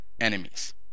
enemies